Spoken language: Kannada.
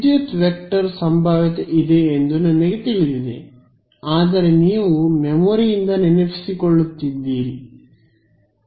ವಿದ್ಯುತ್ ವೆಕ್ಟರ್ ಸಂಭಾವ್ಯತೆ ಇದೆ ಎಂದು ನನಗೆ ತಿಳಿದಿದೆ ಆದರೆ ನೀವು ಮೆಮೊರಿಯಿಂದ ನೆನಪಿಸಿಕೊಳ್ಳುತ್ತೀರಿ ತರ್ಕ